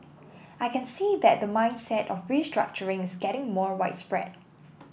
I can see that the mindset of restructuring is getting more widespread